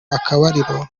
akabariro